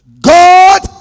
God